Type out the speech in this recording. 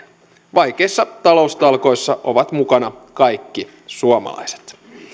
vaikeissa taloustalkoissa ovat mukana kaikki suomalaiset